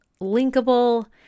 linkable